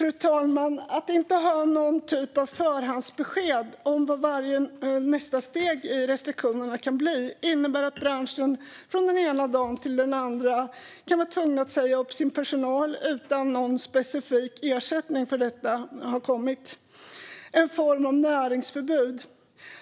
När man inte får något förhandsbesked om vad nästa steg i restriktionerna ska bli kan man i branschen med kort varsel bli tvungen att säga upp sin personal utan någon specifik ersättning. Det är en form av näringsförbud.